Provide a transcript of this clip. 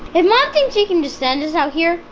if mom think she can just send us out here,